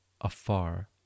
afar